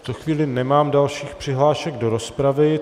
V tuto chvíli nemám dalších přihlášek do rozpravy.